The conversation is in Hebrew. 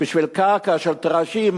בשביל קרקע של טרשים,